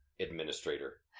Administrator